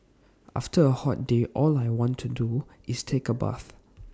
after A hot day all I want to do is take A bath